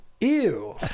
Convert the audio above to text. Ew